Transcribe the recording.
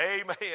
Amen